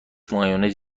مایونز